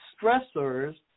stressors